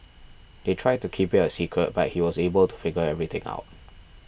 they tried to keep it a secret but he was able to figure everything out